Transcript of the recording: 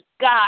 God